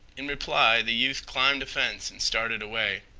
in reply the youth climbed a fence and started away.